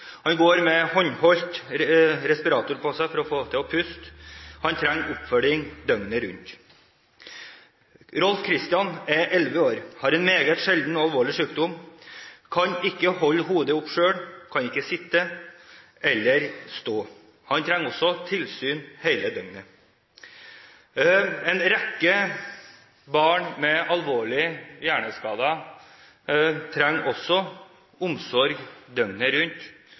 Han går med håndholdt respirator på seg for å kunne puste, og han trenger oppfølging døgnet rundt. Rolf Kristian er elleve år. Han har en meget sjelden og alvorlig sykdom. Han kan ikke holde hodet oppe selv, han kan ikke sitte eller stå. Han trenger også tilsyn hele døgnet. En rekke barn med alvorlige hjerneskader trenger også omsorg døgnet rundt,